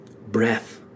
breath